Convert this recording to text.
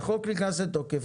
החוק נכנס לתוקף.